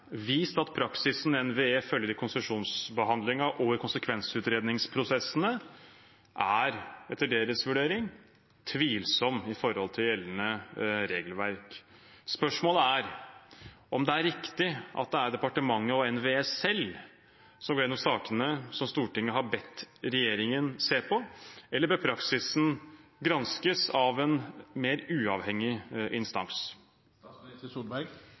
vist at praksisen NVE følger i konsesjonsbehandlingen og i konsekvensutredningsprosessene, er – etter deres vurdering – tvilsom i forhold til gjeldende regelverk. Spørsmålet er om det er riktig at det er departementet og NVE selv som gjennomgår sakene som Stortinget har bedt regjeringen se på, eller om praksisen bør granskes av en mer uavhengig instans.